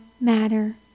matter